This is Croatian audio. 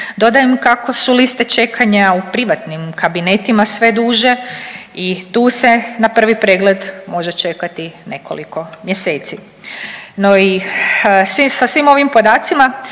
Dodajem kako su liste čekanja u privatnim kabinetima sve duže i tu se na prvi pregled može čekati nekoliko mjeseci. No i sa svim ovim podacima